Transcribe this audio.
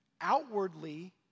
Outwardly